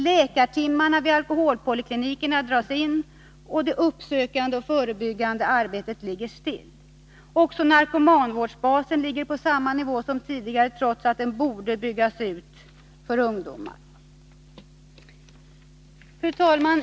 Läkartimmarna vid alkoholpoliklinikerna dras in, och det uppsökande och förebyggande arbetet ligger still. Också narkomanvårdsbasen ligger på samma nivå som tidigare, trots att den borde byggas ut för ungdomarna. Fru talman!